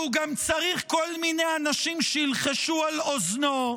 והוא גם צריך כל מיני אנשים שילחשו על אוזנו,